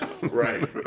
Right